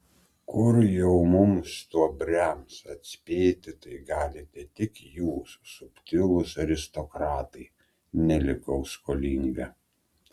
kur jau mums stuobriams atspėti tai galite tik jūs subtilūs aristokratai nelikau skolinga